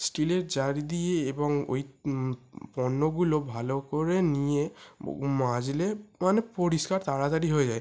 স্টিলের জালি দিয়ে এবং ওই পণ্যগুলো ভালো করে নিয়ে মাজলে মানে পরিষ্কার তাড়াতাড়ি হয়ে যায়